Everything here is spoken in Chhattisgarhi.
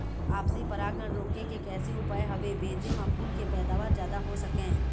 आपसी परागण रोके के कैसे उपाय हवे भेजे मा फूल के पैदावार जादा हों सके?